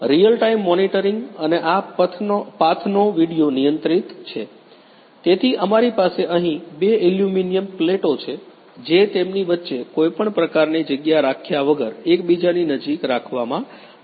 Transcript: real time monitoring અને આ પાથનો વિડિઓ નિયંત્રિત છે તેથી અમારી પાસે અહીં બે એલ્યુમિનિયમ પ્લેટો છે જે તેમની વચ્ચે કોઈ પણ પ્રકારની જગ્યા રાખ્યા વગર એકબીજાની નજીક રાખવામાં આવી છે